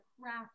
craft